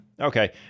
Okay